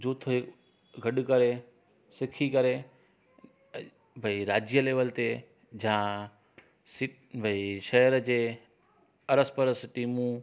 जू गॾु करे सिखी करे भई राज्य लैवल ते जा भई शहर जे अरस परस सिटी मूं